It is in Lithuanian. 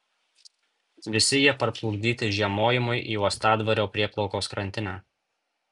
visi jie parplukdyti žiemojimui į uostadvario prieplaukos krantinę